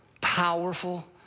powerful